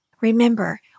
Remember